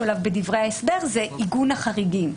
אליו בדברי ההסבר זה עיגון החריגים.